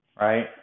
right